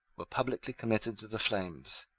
were publicly committed to the flames,